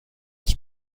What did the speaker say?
its